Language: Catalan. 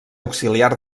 auxiliar